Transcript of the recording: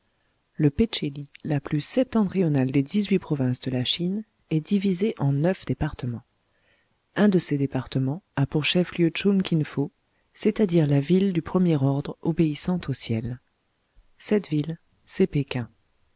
le pé tché li la plus septentrionale des dix-huit provinces de la chine est divisé en neuf départements un de ces départements à pour chef-lieu chun kin fo c'est-à-dire la ville du premier ordre obéissant au ciel cette ville c'est péking